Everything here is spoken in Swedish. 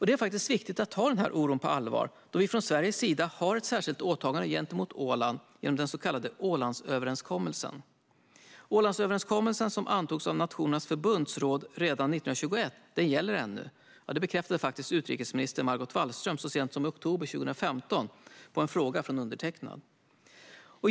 Det är faktiskt viktigt att vi tar denna oro på allvar, då vi från Sveriges sida har ett särskilt åtagande gentemot Åland genom den så kallade Ålandsöverenskommelsen. Ålandsöverenskommelsen, som antogs av Nationernas förbunds råd redan 1921, gäller ännu. Detta bekräftade utrikesminister Margot Wallström så sent som i oktober 2015 som svar på en fråga från undertecknad.